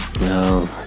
No